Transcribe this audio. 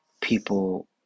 people